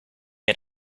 had